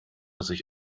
sich